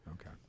Okay